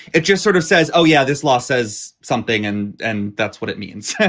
it just sort of says, oh, yeah, this law says something and and that's what it means. so